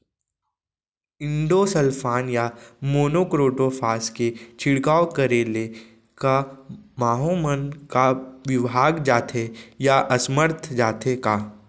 Endosulfan या monocrotophos के छिड़काव करे ले क माहो मन का विभाग जाथे या असमर्थ जाथे का?